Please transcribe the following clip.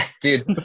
dude